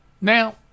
Now